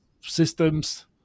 systems